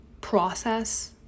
process